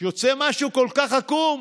יוצא משהו כל כך עקום,